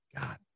god